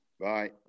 Bye